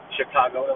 Chicago